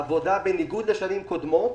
העבודה, בניגוד לשנים קודמות,